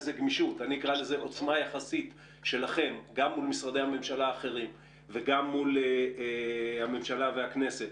שנגעו לעוצמה היחסית שלכם מול משרדי הממשלה האחרים ומול הממשלה והכנסת,